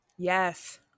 Yes